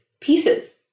pieces